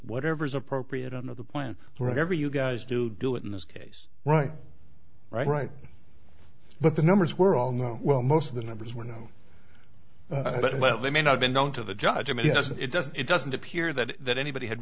whatever's appropriate under the plan whatever you guys do do it in this case right right right but the numbers were wrong well most of the numbers were no well they may not been known to the judge or maybe doesn't it doesn't it doesn't appear that anybody had